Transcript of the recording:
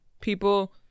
people